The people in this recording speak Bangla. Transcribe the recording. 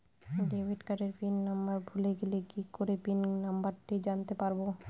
ডেবিট কার্ডের পিন নম্বর ভুলে গেলে কি করে পিন নম্বরটি জানতে পারবো?